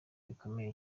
bikomeye